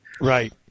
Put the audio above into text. Right